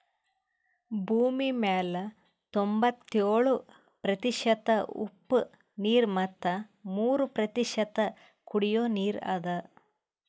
ಭೂಮಿಮ್ಯಾಲ್ ತೊಂಬತ್ಯೋಳು ಪ್ರತಿಷತ್ ಉಪ್ಪ್ ನೀರ್ ಮತ್ ಮೂರ್ ಪ್ರತಿಷತ್ ಕುಡಿಯೋ ನೀರ್ ಅದಾ